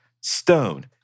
Stone